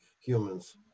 humans